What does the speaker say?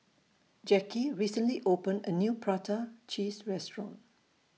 Jacky recently opened A New Prata Cheese Restaurant